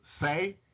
say